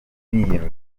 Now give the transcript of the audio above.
biyemeza